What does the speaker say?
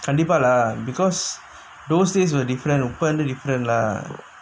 கண்டிப்பாலா:kandippaalaa because those days were different இப்ப வந்து:ippa vanthu the different lah